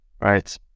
Right